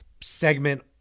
segment